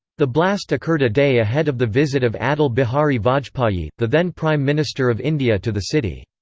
the blast occurred a day ahead of the visit of atal bihari vajpayee, the then prime minister of india to the city.